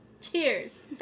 cheers